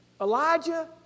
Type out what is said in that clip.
Elijah